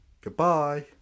Goodbye